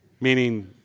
meaning